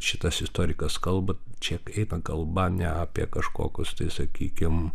šitas istorikas kalba čia eina kalba ne apie kažkokius tai sakykim